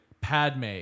Padme